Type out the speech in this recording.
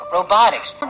Robotics